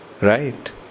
Right